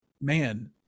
man